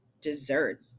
dessert